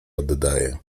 oddaje